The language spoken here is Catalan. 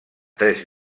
tres